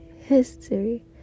history